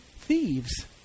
thieves